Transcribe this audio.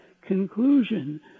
conclusion